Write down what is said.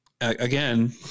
again